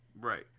Right